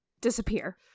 disappear